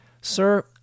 Sir